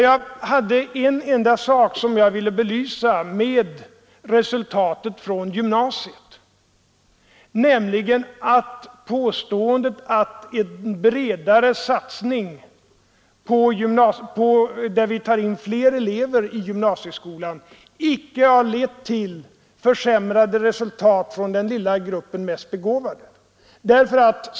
Det var en enda sak som jag ville belysa med resultatet från gymnasiet i detta sammanhang, nämligen påståendet att en bredare satsning på gymnasieskolan, som innebär att vi tar in fler elever, icke har lett till försämrat resultat från den lilla gruppen mest begåvade.